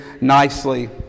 nicely